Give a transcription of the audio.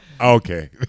okay